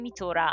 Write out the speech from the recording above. Mitura